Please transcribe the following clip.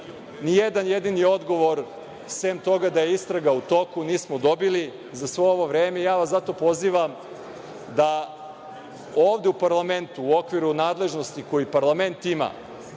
Ni jedan jedini odgovor, sem toga da je istraga u toku, nismo dobili za sve ovo vreme. Ja vas zato pozivam da ovde u parlamentu u okviru nadležnosti koje parlament ima